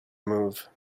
move